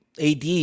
AD